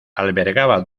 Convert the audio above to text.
albergaba